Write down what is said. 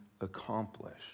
accomplished